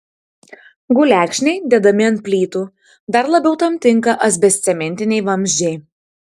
gulekšniai dedami ant plytų dar labiau tam tinka asbestcementiniai vamzdžiai